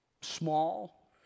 small